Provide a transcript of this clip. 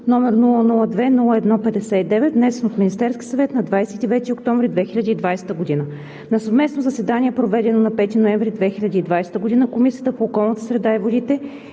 г., № 002-01-59, внесен от Министерския съвет на 29 октомври 2020 г. На съвместно заседание, проведено на 5 ноември 2020 г., Комисията по околната среда и водите